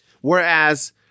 Whereas